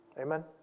Amen